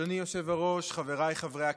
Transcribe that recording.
אדוני היושב-ראש, חבריי חברי הכנסת,